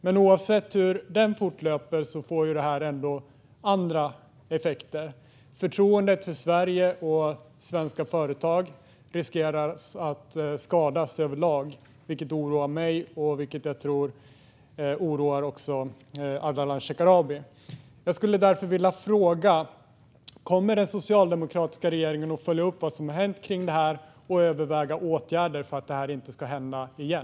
Men oavsett hur den fortlöper får detta andra effekter. Förtroendet för Sverige och svenska företag riskerar att skadas överlag, vilket oroar mig och - tror jag - även Ardalan Shekarabi. Jag skulle därför vilja fråga om den socialdemokratiska regeringen kommer att följa upp vad som har hänt kring detta och överväga åtgärder för att det inte ska hända igen.